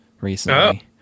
recently